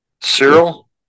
Cyril